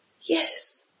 Yes